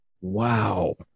wow